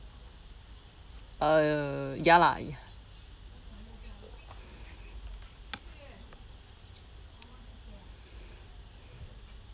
err ya lah ya